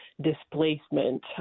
displacement